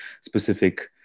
specific